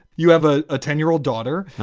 you have a ah ten year old daughter.